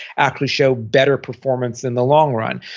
actually show better performance in the long run.